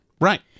Right